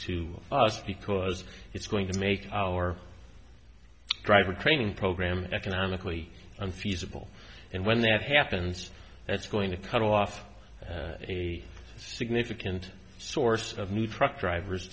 to us because it's going to make our driver training program economically unfeasible and when that happens it's going to cut off a significant source of new truck drivers